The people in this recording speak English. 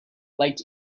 like